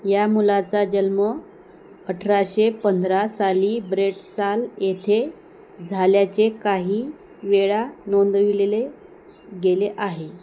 या मुलाचा जन्म अठराशे पंधरा साली ब्रेडसाल येथे झाल्याचे काही वेळा नोंदविलेले गेले आहे